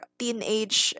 teenage